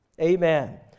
Amen